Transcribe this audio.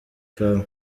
kawe